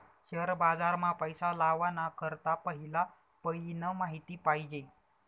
share बाजार मा पैसा लावाना करता पहिला पयीन माहिती पायजे